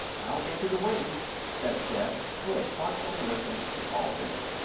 i'll get you the wings, said zeb, who had thoughtfully listened to all this.